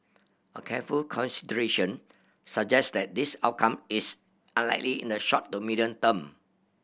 a careful consideration suggests that this outcome is unlikely in the short to medium term